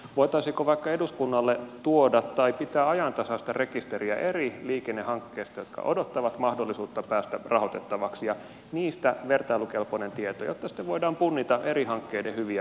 voitaisiinko vaikka pitää ajantasaista rekisteriä eri liikennehankkeista jotka odottavat mahdollisuutta päästä rahoitettaviksi ja tuoda eduskunnalle niistä vertailukelpoinen tieto jotta sitten voidaan punnita eri hankkeiden hyviä ja huonoja puolia